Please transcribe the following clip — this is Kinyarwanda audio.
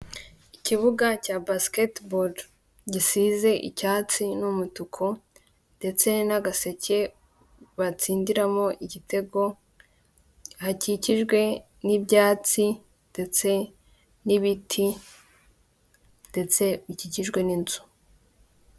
Ikibuga cya basiketeboru gisize icyatsi n'umutuku ndetse n'agaseke batsindiramo igitego, hakikijwe n'ibyatsi ndetse n'ibiti ndetse gikikijwe n'inzu.